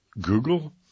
Google